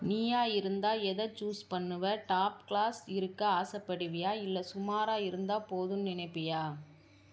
நீயாக இருந்தால் எதை சூஸ் பண்ணுவ டாப் க்ளாஸ் இருக்க ஆசைப்படுவியா இல்லை சுமாராக இருந்தால் போதும்ன்னு நினைப்பியா